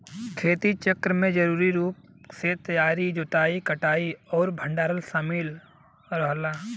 खेती चक्र में जरूरी रूप से तैयारी जोताई कटाई और भंडारण शामिल रहला